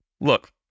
Look